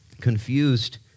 confused